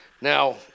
Now